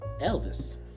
Elvis